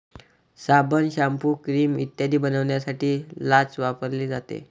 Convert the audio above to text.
साबण, shampoo, cream इत्यादी बनवण्यासाठी लाच वापरली जाते